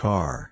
Car